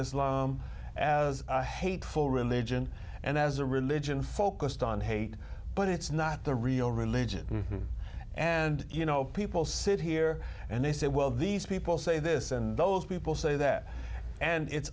islam as a hateful religion and as a religion focused on hate but it's not the real religion and you know people sit here and they say well these people say this and those people say that and it's